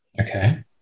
Okay